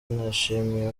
nishimiye